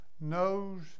knows